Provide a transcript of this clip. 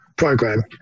program